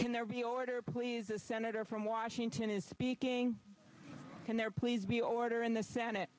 can there be order please the senator from washington is speaking can there please be order in the senate